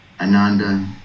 Ananda